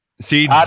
See